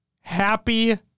Happy